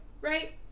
right